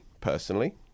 personally